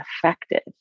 effective